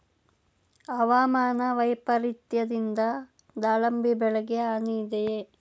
ಹವಾಮಾನ ವೈಪರಿತ್ಯದಿಂದ ದಾಳಿಂಬೆ ಬೆಳೆಗೆ ಹಾನಿ ಇದೆಯೇ?